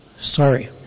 Sorry